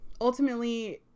Ultimately